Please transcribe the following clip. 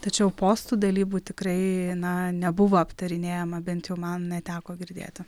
tačiau postų dalybų tikrai na nebuvo aptarinėjama bent jau man neteko girdėti